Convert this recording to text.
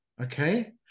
Okay